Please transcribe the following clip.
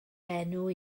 enw